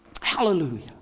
Hallelujah